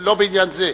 לא בעניין זה.